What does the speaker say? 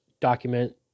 document